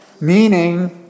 meaning